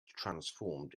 transformed